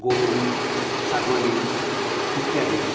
গৰু ছাগলী ইত্যাদি